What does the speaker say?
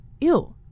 Ew